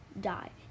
die